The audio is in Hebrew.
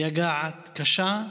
מייגעת, קשה,